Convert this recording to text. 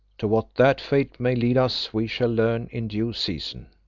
to what that fate may lead us we shall learn in due season.